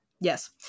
yes